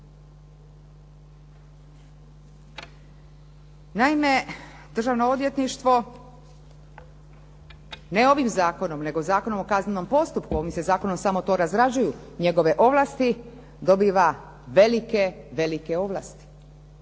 Naime, Državno odvjetništvo ne ovim zakonom nego Zakonom o kaznenom postupku, ovim se zakonom samo razrađuju njegove ovlasti dobiva velike ovlasti.